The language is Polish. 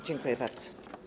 Dziękuję bardzo.